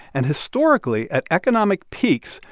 and historically, at economic peaks,